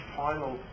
final